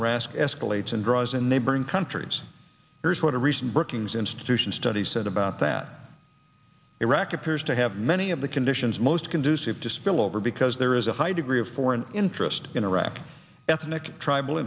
iraq escalates and draws in neighboring countries here's what a recent brookings institution study said about that iraqi appears to have many of the conditions most conducive to spillover because there is a hiding of foreign interest in iraq ethnic tribal